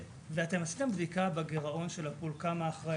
ועשיתם בדיקה בגירעון של הפול כמה אחראי